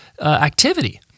activity